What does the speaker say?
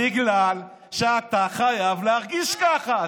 בגלל שאתה חייב להרגיש ככה.